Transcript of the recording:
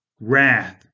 wrath